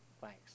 Thanks